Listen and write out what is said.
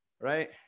right